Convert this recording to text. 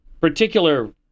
particular